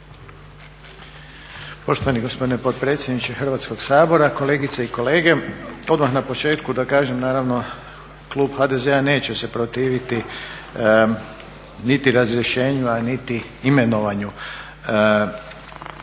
Poštovani gospodine potpredsjedniče Hrvatskog sabora, kolegice i kolege. Odmah na početku da kažem, naravno klub HDZ-a neće se protiviti niti razrješenju, a niti imenovanju